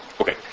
Okay